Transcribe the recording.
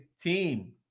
team